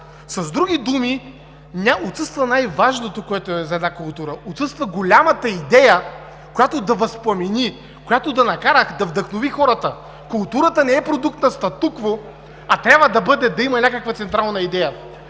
С други думи, отсъства най-важното, което е за една култура – отсъства голямата идея, която да възпламени, която да накара, да вдъхнови хората. Културата не е продукт на статукво, а трябва да има някаква централна идея.